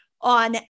on